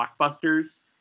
blockbusters